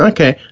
Okay